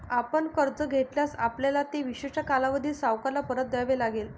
आपण कर्ज घेतल्यास, आपल्याला ते विशिष्ट कालावधीत सावकाराला परत द्यावे लागेल